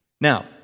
now